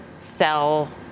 sell